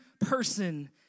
person